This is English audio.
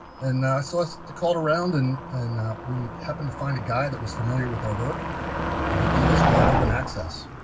and ah so called around and and we happened to find a guy that was familiar with our work and he gave us wide open access.